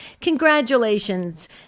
Congratulations